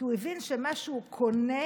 כי הוא הבין שמה שהוא קונה